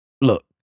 Look